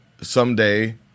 someday